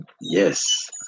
Yes